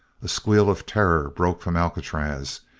a squeal of terror broke from alcatraz.